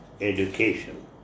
education